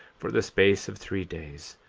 for the space of three days,